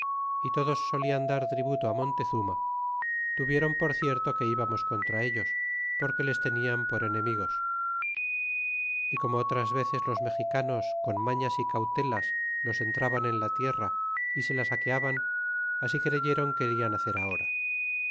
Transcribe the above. y todos solian dar tributo á montezurna tuvieron por cierto que íbamos contra ellos porque les tenian por enemigos y como otras veces los mexicanos con mañas y cautelas los entraban en la tierra y se la saqueaban así creyeron querían hacer ahora